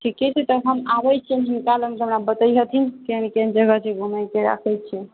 ठीके छै तऽ हम आबै छियैनि हिनका लग हमरा बतैहथिन केहन केहन जगह छै घुमैके राखै छियैन